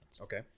Okay